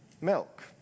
milk